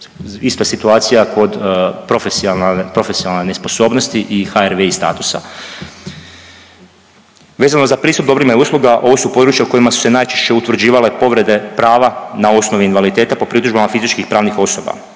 Ista je situacija kod profesionalne nesposobnosti i HRVI statusa. Vezano za pristup dobrima i usluga, ovo su područja u kojima su se najčešće utvrđivale povrede prava na osnovi invaliditeta po pritužbama fizičkih pravnih osoba.